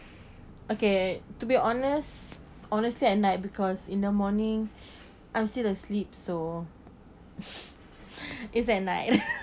okay to be honest honestly at night because in the morning I'm still asleep so is at night